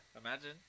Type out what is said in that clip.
imagine